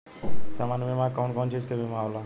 सामान्य बीमा में कवन कवन चीज के बीमा होला?